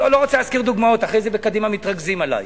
רוצה להזכיר דוגמאות, אחרי זה בקדימה מתרגזים עלי,